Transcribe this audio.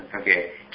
Okay